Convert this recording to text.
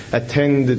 attend